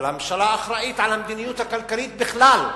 אבל הממשלה אחראית למדיניות הכלכלית בכלל.